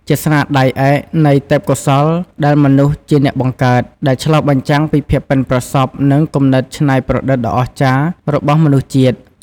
ជាស្នាដៃឯកនៃ ទេពកោសល្យដែលមនុស្សជាអ្នកបង្កើត ដែលឆ្លុះបញ្ចាំងពីភាពប៉ិនប្រសប់ និងគំនិតច្នៃប្រឌិតដ៏អស្ចារ្យរបស់មនុស្សជាតិ។